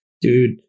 dude